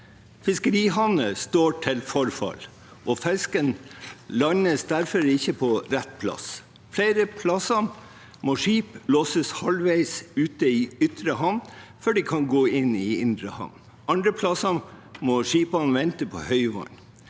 Fiskerihavner står til forfall, og fisken landes derfor ikke på rett plass. Flere plasser må skip losses halvveis ute i ytre havn før de kan gå inn i indre havn. Andre plasser må skipene vente på høyvann.